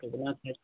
कितना फीस